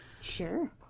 Sure